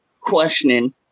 questioning